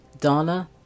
Donna